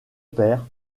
père